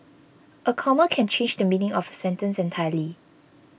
a comma can change the meaning of a sentence entirely